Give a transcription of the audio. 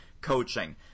coaching